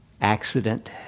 accident